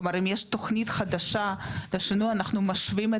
כלומר אם יש תוכנית חדשה אנחנו משווים את הערכים לתקן.